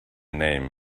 name